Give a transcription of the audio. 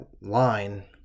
line